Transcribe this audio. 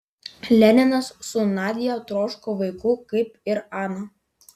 leninas su nadia troško vaikų kaip ir ana